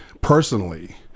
personally